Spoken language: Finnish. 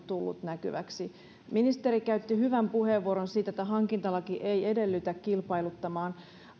nyt tullut näkyväksi ministeri käytti hyvän puheenvuoron siitä että hankintalaki ei edellytä kilpailuttamista